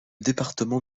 département